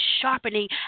sharpening